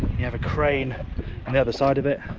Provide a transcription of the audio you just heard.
you have a crane on the other side of it,